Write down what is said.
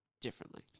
differently